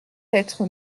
être